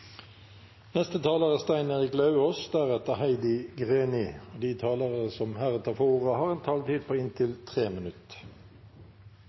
De talere som heretter får ordet, har en taletid på